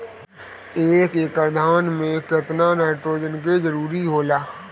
एक एकड़ धान मे केतना नाइट्रोजन के जरूरी होला?